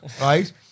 right